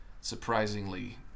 surprisingly